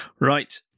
right